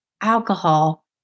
alcohol